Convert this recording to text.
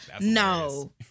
No